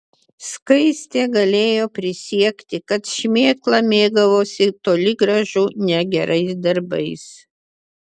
skaistė galėjo prisiekti kad šmėkla mėgavosi toli gražu ne gerais darbais